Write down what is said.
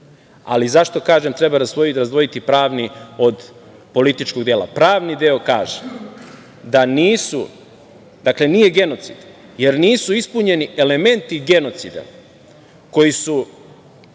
zašto kažem da treba razdvojiti pravni od političkog dela? Pravni deo kaže da nisu, dakle nije genocid, jer nisu ispunjeni elementi genocida koji su